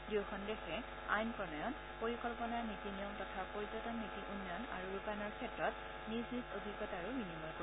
দুয়োখন দেশে আইন প্ৰণয়ন পৰিকল্পনাৰ নীতি নিয়ম তথা পৰ্যটন নীতি উন্নয়ন আৰু ৰূপায়ণৰ ক্ষেত্ৰত নিজ নিজ অভিজ্ঞতাৰো বিনিময় কৰিব